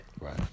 Right